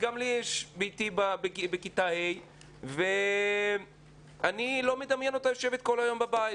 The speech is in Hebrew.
גם בתי היא בכיתה ה' ואני לא מדמיין אותה יושבת כל היום בבית.